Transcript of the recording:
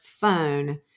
phone